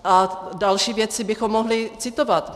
A další věci bychom mohli citovat.